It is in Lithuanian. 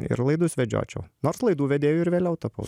ir laidus vedžiočiau nors laidų vedėju ir vėliau tapau